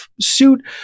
suit